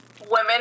women